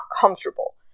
comfortable